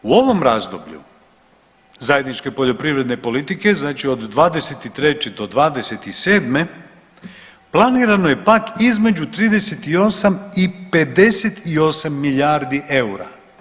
U ovom razdoblju zajedničke poljoprivredne politike znači od 23. do 27. planirano je pak između 38 i 58 milijardi eura.